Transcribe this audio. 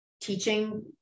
teaching